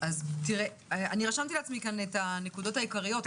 אני רשמתי לעצמי את הנקודות העיקריות.